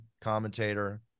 commentator